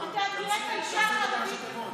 רק למי שעבר שתי הרשעות.